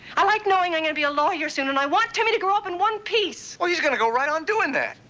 i like knowing i'm going to be a lawyer soon, and i want timmy to grow up in one piece. well, he's going to go right on doing that.